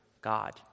God